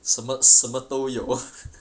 什么什么都有